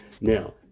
Now